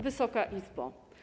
Wysoka Izbo!